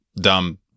dumb